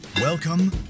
Welcome